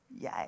Yay